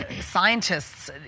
scientists